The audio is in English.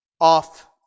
off